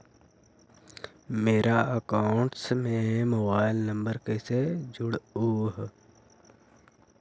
मेरा अकाउंटस में mobile number कैसे जुड़उ?